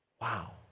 wow